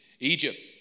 Egypt